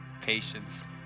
patience